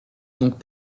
donc